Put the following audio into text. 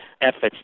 efforts